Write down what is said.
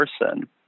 person